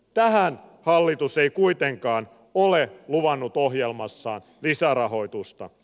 tähän hallitus ei kuitenkaan ole luvannut ohjelmassaan lisärahoitusta